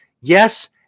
Yes